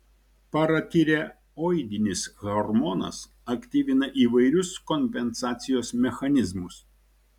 paratireoidinis hormonas aktyvina įvairius kompensacijos mechanizmus